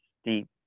steep